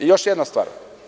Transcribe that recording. Još jedna stvar.